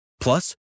plus